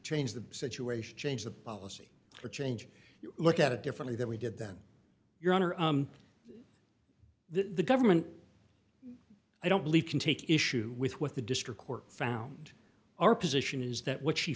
change the situation change the policy or change you look at it differently than we did then your honor the government i don't believe can take issue with what the district court found our position is that what she